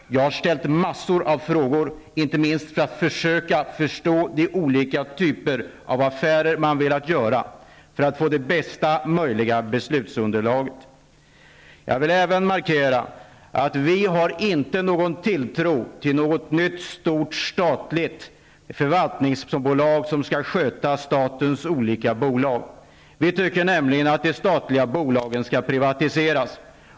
Jag har också ställt en mängd frågor, inte minst för att kunna förstå de olika typer av affärer som man har velat göra för att få bästa möjliga beslutsunderlag. Jag vill även markera att vi inte har någon tilltro till något nytt stort statligt förvaltningsbolag som skall sköta statens olika bolag. Vi tycker nämligen att de statliga bolagen skall privatiseras.